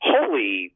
Holy